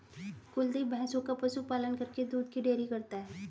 कुलदीप भैंसों का पशु पालन करके दूध की डेयरी करता है